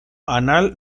anal